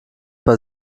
bei